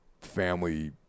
family